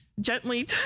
gently